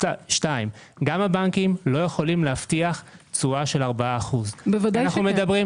גם הבנקים לא יכולים להבטיח תשואה של 8%. ודאי שכן.